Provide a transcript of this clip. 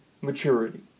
maturity